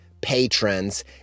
patrons